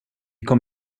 kom